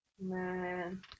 Man